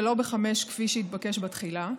ולא בחמש כפי שהתבקש בתחילה,